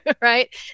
right